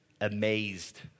amazed